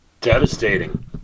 devastating